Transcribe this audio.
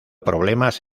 problemas